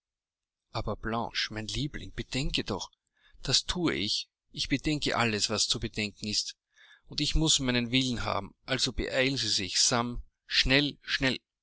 aber blanche mein liebling bedenke doch das thue ich ich bedenke alles was zu bedenken ist und ich muß meinen willen haben also beeilen sie sich sam schnell schnell